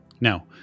Now